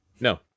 No